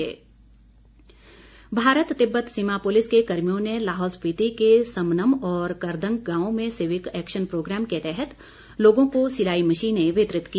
सिलाई मशीन भारत तिब्बत सीमा पूलिस के कर्मियों ने लाहौल स्पीति के समनम और करदंग गांवों में सिविक एक्शन प्रोग्राम के तहत लोगों को सिलाई मशीनें वितरित की